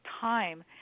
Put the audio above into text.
time